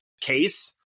case